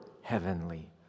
heavenly